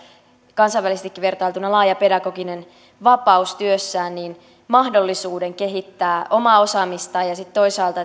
kansainvälisestikin vertailtuna laaja pedagoginen vapaus työssään mahdollisuuden kehittää omaa osaamistaan ja ja sitten toisaalta